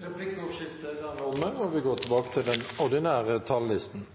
Replikkordskiftet er omme.